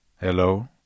Hello